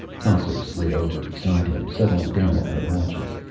tasso slid over beside him, settling down on her haunches.